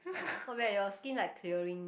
not bad your skin like clearing